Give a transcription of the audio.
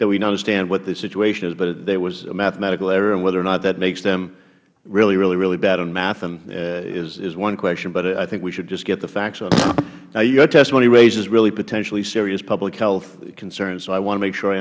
that we understand what the situation is if there was a mathematical error and whether or not that makes them really really really really bad on math is one question but i think we should just get the facts now you testimony raises really potentially serious public health concerns so i want to make sure i